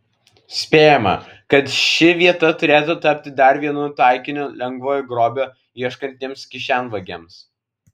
spėjama kad ši vieta turėtų tapti dar vienu taikiniu lengvo grobio ieškantiems kišenvagiams